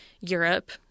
Europe